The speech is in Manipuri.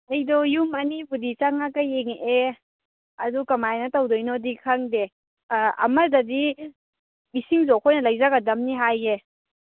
ꯑꯩꯗꯣ ꯌꯨꯝ ꯑꯅꯤꯕꯨꯗꯤ ꯆꯪꯉꯒ ꯌꯦꯡꯉꯛꯑꯦ ꯑꯗꯨ ꯀꯃꯥꯏꯅ ꯇꯧꯗꯣꯏꯅꯣꯗꯤ ꯈꯪꯗꯦ ꯑꯃꯗꯗꯤ ꯏꯁꯤꯡꯁꯨ ꯑꯩꯈꯣꯏꯅ ꯂꯩꯖꯒꯗꯕꯅꯤ ꯍꯥꯏꯌꯦ